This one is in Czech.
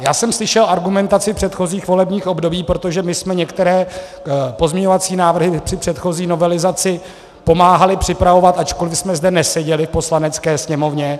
Já jsem slyšel argumentaci v předchozích volebních obdobích, protože my jsme některé pozměňovací návrhy při předchozí novelizaci pomáhali připravovat, ačkoli jsme zde neseděli, v Poslanecké sněmovně.